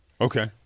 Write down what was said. Okay